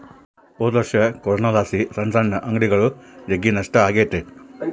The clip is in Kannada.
ಹೊದೊರ್ಷ ಕೊರೋನಲಾಸಿ ಸಣ್ ಸಣ್ ಅಂಗಡಿಗುಳಿಗೆ ಜಗ್ಗಿ ನಷ್ಟ ಆಗೆತೆ